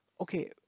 okay